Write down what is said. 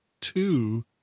two